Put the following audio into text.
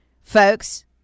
Folks